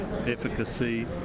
efficacy